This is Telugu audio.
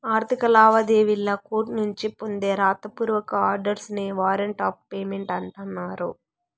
ఆర్థిక లావాదేవీల్లి కోర్టునుంచి పొందే రాత పూర్వక ఆర్డర్స్ నే వారంట్ ఆఫ్ పేమెంట్ అంటన్నారు